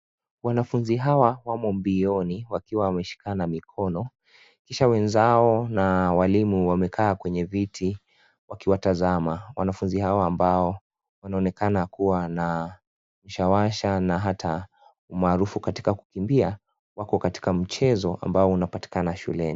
Wanafunzi hawa wamo mbioni wakiwa wameshimana mikono, kisha wenzao na walimu wamekaa kwenye viti, wakiwatazama wanafunzi hawa ambao wanaonekana kuwa na shawasha na hata umaarufu katika kukimbia wako katika mchezo ambao unapatikana shuleni.